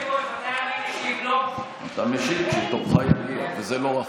אתה משיב כשתורך יגיע, וזה לא רחוק.